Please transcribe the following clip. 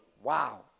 Wow